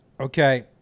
Okay